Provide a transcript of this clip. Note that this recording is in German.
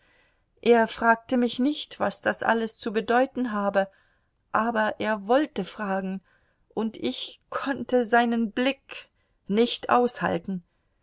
er fragte mich nicht was das alles zu bedeuten habe aber er wollte fragen und ich konnte seinen blick nicht aushalten